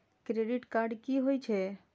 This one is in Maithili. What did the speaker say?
क्रेडिट कार्ड की हे छे?